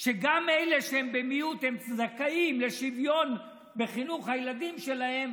כך שגם אלה שהם במיעוט זכאים לשוויון בחינוך הילדים שלהם,